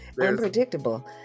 Unpredictable